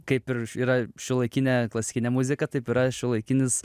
kaip ir yra šiuolaikinė klasikinė muzika taip yra šiuolaikinis